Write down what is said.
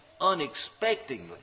unexpectedly